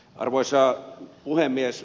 arvoisa puhemies